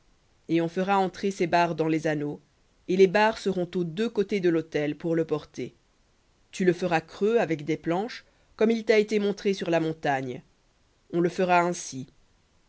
et on fera entrer ses barres dans les anneaux et les barres seront aux deux côtés de l'autel pour le porter tu le feras creux avec des planches comme il t'a été montré sur la montagne on le fera ainsi